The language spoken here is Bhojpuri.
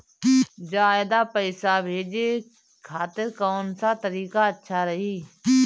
ज्यादा पईसा भेजे खातिर कौन सा तरीका अच्छा रही?